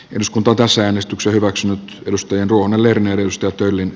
jos kuntotanssiäänestyksen hyväksyi perusteen ruunan leirin edustaa tyyli